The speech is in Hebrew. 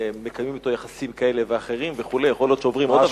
מקיימים אתו יחסים כאלה ואחרים וכו' יכול להיות שעוברים עוד עבירות,